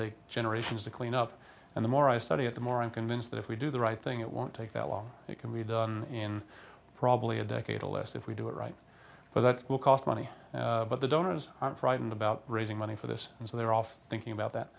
take generations to clean up and the more i study it the more i'm convinced that if we do the right thing it won't take that long it can be done in probably a decade a less if we do it right but that will cost money but the donors i'm frightened about raising money for this and so they're off thinking about that